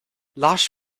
lush